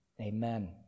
amen